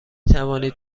توانید